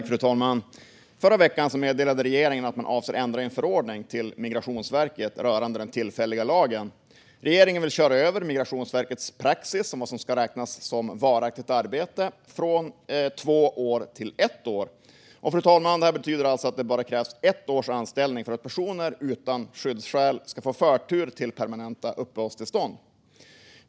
Fru talman! Förra veckan meddelade regeringen att man avser att ändra i en förordning till Migrationsverket rörande den tillfälliga gymnasielagen. Regeringen vill köra över Migrationsverkets praxis för vad som ska räknas som varaktigt arbete och ändra den från två år till ett år. Fru talman! Det här betyder att det bara krävs ett års anställning för att personer utan skyddsskäl ska få förtur till permanent uppehållstillstånd.